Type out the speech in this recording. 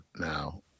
now